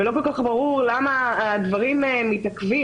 ולא כל כך ברור למה הדברים מתעכבים.